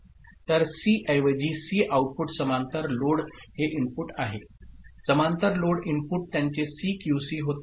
तर सी ऐवजी C output समांतर लोड हे इनपुट आहे समांतर लोड इनपुट त्यांचे सी क्यूसी होते